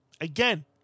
again